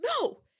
no